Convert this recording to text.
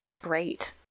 great